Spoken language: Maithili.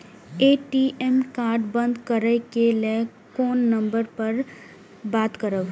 ए.टी.एम कार्ड बंद करे के लेल कोन नंबर पर बात करबे?